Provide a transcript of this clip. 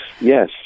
yes